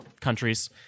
countries